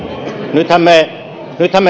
nythän nythän